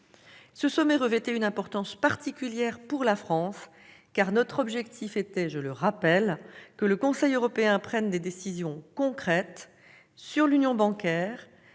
Ce sommet revêtait une importance particulière pour la France, car notre objectif était, je le rappelle, que le Conseil européen prenne des décisions concrètes sur l'Union bancaire,